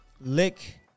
lick